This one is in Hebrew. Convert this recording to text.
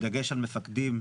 בדגש על מפקדים,